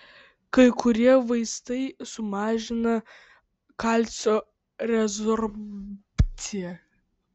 kai kurie vaistai sumažina kalcio rezorbciją